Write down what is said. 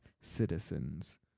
citizens